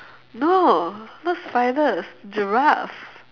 no not spiders giraffe